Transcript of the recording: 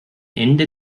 ende